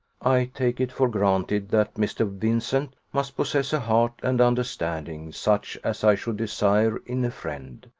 i take it for granted that mr. vincent must possess a heart and understanding such as i should desire in a friend,